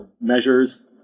measures